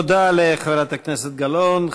תודה לחברת הכנסת גלאון.